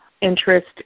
interest